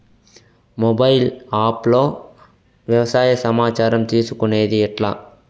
Mobile app లో వ్యవసాయ సమాచారం తీసుకొనేది ఎట్లా?